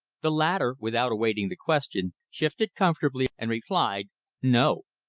the latter, without awaiting the question, shifted comfortably and replied no.